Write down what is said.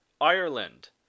Ireland